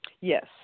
Yes